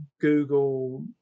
Google